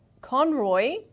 Conroy